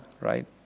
right